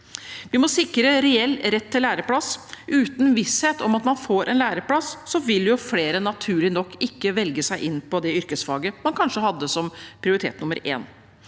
Vi må sikre reell rett til læreplass. Uten visshet om at man får en læreplass, vil flere naturlig nok ikke velge seg inn på det yrkesfaget man kanskje hadde som prioritet nummer én.